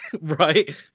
Right